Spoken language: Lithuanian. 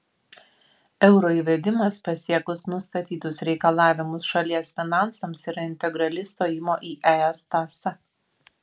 euro įvedimas pasiekus nustatytus reikalavimus šalies finansams yra integrali stojimo į es tąsa